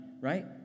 right